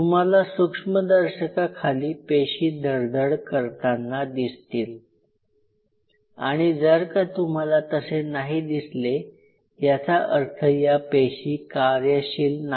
तुम्हाला सूक्ष्मदर्शकाखाली पेशी धडधड करताना दिसतील आणि जर का तुम्हाला तसे नाही दिसले याचा अर्थ या पेशी कार्यशील नाही